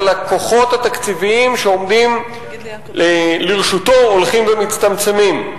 הכוחות התקציביים שעומדים לרשותו הולכים ומצטמצמים.